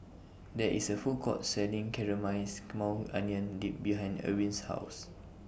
There IS A Food Court Selling Caramelized Maui Onion Dip behind Erwin's House